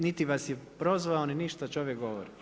Niti vas je prozvao ni ništa, čovjek govori.